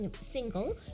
single